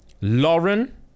Lauren